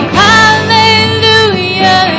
hallelujah